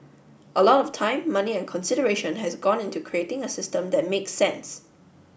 a lot of time money and consideration has gone into creating a system that make sense